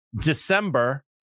December